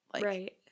Right